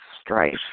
strife